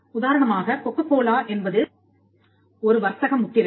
உதாரணமாக கொக்ககோலா என்பது ஒரு வர்த்தக முத்திரை